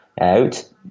out